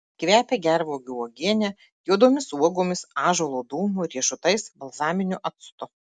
kvepia gervuogių uogiene juodomis uogomis ąžuolo dūmu riešutais balzaminiu actu